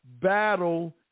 battle